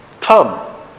Come